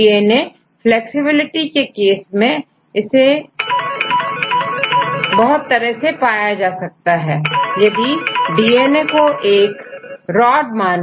DNA flexibility के case में इसे बहुत तरह से पाया जा सकता है यदि डीएनए को एक राड माने